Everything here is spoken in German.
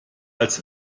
als